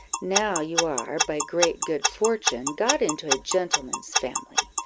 now you are, by great good fortune, got into a gentleman's family,